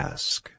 Ask